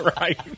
right